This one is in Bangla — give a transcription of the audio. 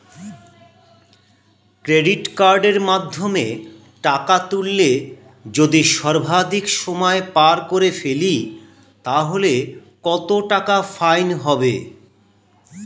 ক্রেডিট কার্ডের মাধ্যমে টাকা তুললে যদি সর্বাধিক সময় পার করে ফেলি তাহলে কত টাকা ফাইন হবে?